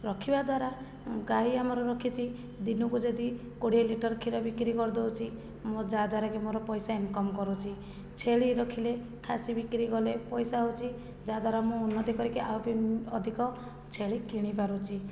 ରଖିବା ଦ୍ୱାରା ଗାଈ ଆମର ରଖିଛି ଦିନକୁ ଯଦି କୋଡ଼ିଏ ଲିଟର୍ କ୍ଷୀର ବିକ୍ରି କରିଦେଉଛି ମୁଁ ଯାହାଦ୍ଵାରା କି ମୋର ପଇସା ଇନକମ୍ କରୁଛି ଛେଳି ରଖିଲେ ଖାସି ବିକ୍ରି କଲେ ପଇସା ହେଉଛି ଯାହାଦ୍ଵାରା ମୁଁ ଉନ୍ନତି କରିକି ଆଉ ବି ଅଧିକ ଛେଳି କିଣିପାରୁଛି